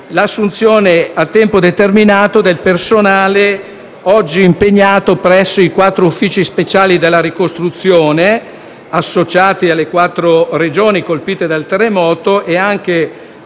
l'assunzione a tempo determinato del personale oggi impegnato presso i quattro uffici speciali della ricostruzione, associati alle quattro Regioni colpite dal terremoto, e